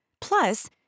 Plus